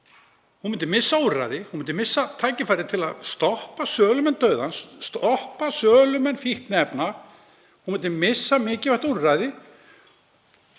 Hún myndi missa úrræði. Hún myndi missa tækifæri til að stoppa sölumenn dauðans, stoppa sölumenn fíkniefna. Hún myndi missa mikilvægt úrræði